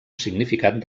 significat